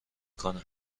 کنه